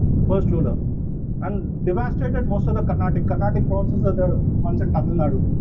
the first ruler and devastated most of the carnatic, carnatic provinces are the ones in tamil nadu.